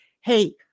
hey